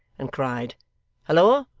and cried halloa!